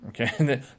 okay